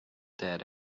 dead